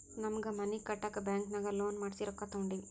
ನಮ್ಮ್ಗ್ ಮನಿ ಕಟ್ಟಾಕ್ ಬ್ಯಾಂಕಿನಾಗ ಲೋನ್ ಮಾಡ್ಸಿ ರೊಕ್ಕಾ ತೊಂಡಿವಿ